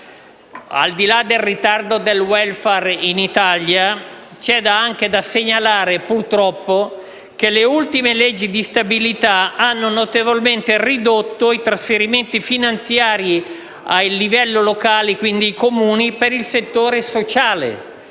Al di là del ritardo del *welfare* in Italia, purtroppo occorre segnalare che le ultime leggi di stabilità hanno notevolmente ridotto i trasferimenti finanziari a livello locale (quindi ai Comuni) per il settore sociale.